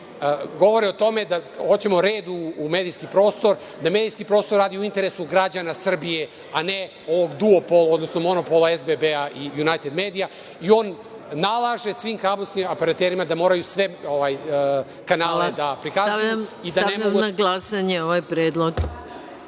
govore o tome da hoćemo red u medijskom prostoru, da medijski prostor radi u interesu građana Srbije, a ne ovog duopola, odnosno monopola SBB-a i „Junajted medija“ i on nalaže svim kablovskim operaterima da moraju sve kanale da prikazuju. **Maja Gojković**